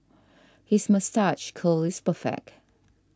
his moustache curl is perfect